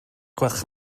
gwelwch